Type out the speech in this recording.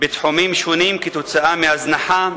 בתחומים שונים כתוצאה מהזנחה,